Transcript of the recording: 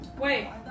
Wait